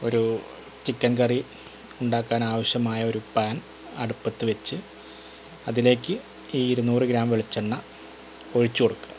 ഒരു ചിക്കൻ കറി ഉണ്ടാക്കാനാവശ്യമായ ഒരു പാൻ അടുപ്പത്തുവെച്ച് അതിലേക്ക് ഈ ഇരുനൂറ് ഗ്രാം വെളിച്ചെണ്ണ ഒഴിച്ചു കൊടുക്കുക